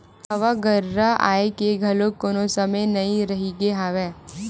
हवा गरेरा आए के घलोक कोनो समे नइ रहिगे हवय